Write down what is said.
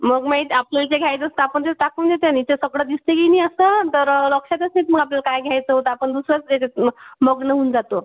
मग माहीत आपल्याला जे घायचं असतं आपण जस्ट टाकून घेत्यानी ते सगळं दिसते की नाही असं तर लक्षात नाही येत मग आपल्याला काय घ्यायचं होतं आपण दुसऱ्याच याच्यात मग् मग्न होऊन जातो